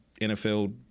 NFL